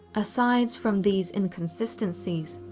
asides from these inconsistencies,